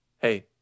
Hey